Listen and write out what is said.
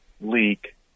leak